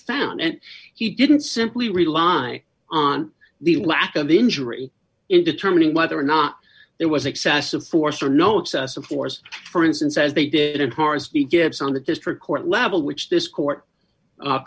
found it he didn't simply rely on the lack of injury in determining whether or not there was excessive force or no excessive force for instance as they did in horror as he gives on the district court level which this court